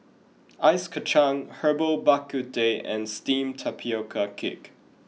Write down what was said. ice Kachang Herbal Bak Ku Teh and steamed Tapioca cake